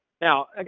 Now